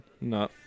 No